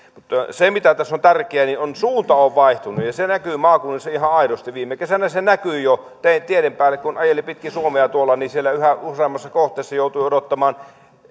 se mikä tässä on tärkeää on se että suunta on vaihtunut se näkyy maakunnissa ihan aidosti viime kesänä se näkyi jo teiden päällä kun ajeli pitkin suomea niin yhä useammassa kohteessa joutui odottamaan